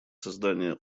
создания